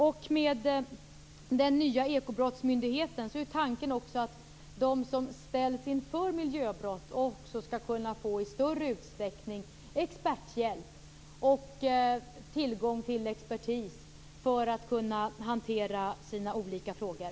Tanken med den nya ekobrottsmyndigheten är också att de som ställs inför miljöbrott i större utsträckning skall kunna få tillgång till hjälp av expertis för att hantera sina olika frågor.